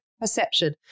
perception